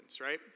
right